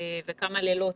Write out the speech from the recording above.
ולילות